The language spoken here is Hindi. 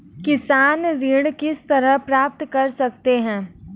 किसान ऋण किस तरह प्राप्त कर सकते हैं?